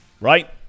right